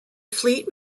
fleet